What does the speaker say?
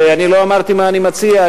אני לא אמרתי מה אני מציע.